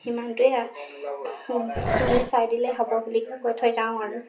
সিমানটোৱেখিনি চাই দিলে হ'ব বুলি কৈ থৈ যাওঁ আৰু